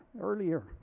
earlier